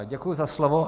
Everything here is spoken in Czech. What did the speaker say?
Děkuji za slovo.